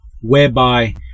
whereby –